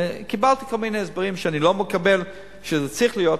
וקיבלתי כל מיני הסברים שאני לא מקבל שזה צריך להיות.